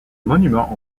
monument